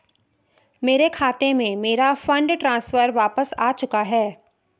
मेरे खाते में, मेरा फंड ट्रांसफर वापस आ चुका है